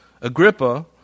Agrippa